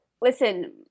Listen